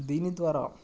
దీని ద్వారా